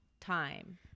time